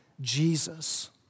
Jesus